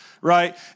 right